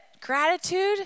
gratitude